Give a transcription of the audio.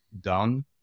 done